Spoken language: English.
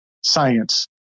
science